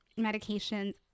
medications